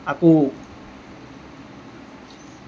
আকৌ